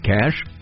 cash